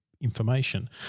information